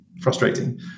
frustrating